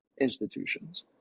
institutions